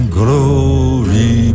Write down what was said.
glory